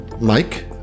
Mike